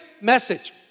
message